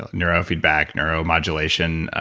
neurofeedback, neuromodulation,